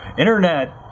internet,